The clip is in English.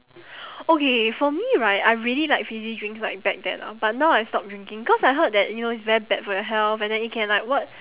okay for me right I really like fizzy drinks like back then ah but now I stopped drinking cause I heard that you know it's very bad for your health and then it can like what